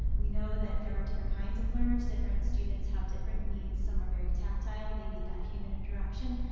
we know that there are different kinds of learners, different students have different needs. some are very tactile. they need that human interaction.